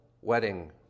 wedding